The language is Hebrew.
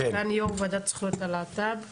סגן יו"ר ועדת זכויות הלהט"ב,